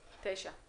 הצבעה אושרה.